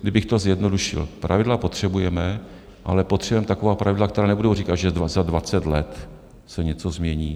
Kdybych to zjednodušil: pravidla potřebujeme, ale potřebujeme taková pravidla, která nebudou říkat, že za dvacet let se něco změní.